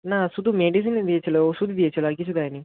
না শুধু মেডিসিনই দিয়েছিল ওষুধই দিয়েছিল আর কিছু দেয়নি